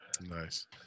Nice